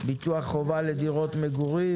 ביטוח חובה לדירות מגורים.